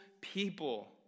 people